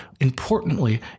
importantly